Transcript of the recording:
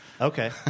Okay